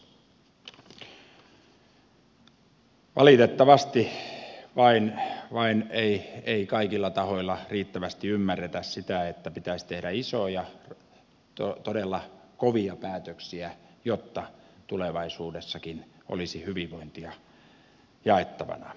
valitettavasti vain ei kaikilla tahoilla riittävästi ymmärretä sitä että pitäisi tehdä isoja todella kovia päätöksiä jotta tulevaisuudessakin olisi hyvinvointia jaettavana